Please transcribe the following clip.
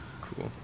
Cool